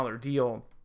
deal